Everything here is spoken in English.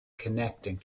connecting